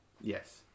Yes